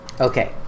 Okay